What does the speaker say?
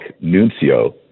nuncio